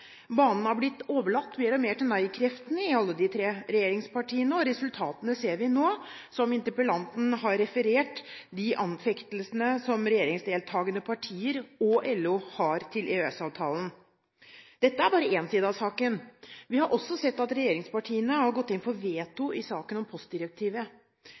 Banen har blitt overlatt mer og mer til nei-kreftene i alle de tre regjeringspartiene, og resultatene ser vi nå – som interpellanten har referert til: de anfektelsene som regjeringsdeltakende partier og LO har til EØS-avtalen. Dette er bare én side av saken. Vi har også sett at regjeringspartiene har gått inn for veto i saken om postdirektivet.